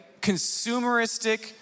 consumeristic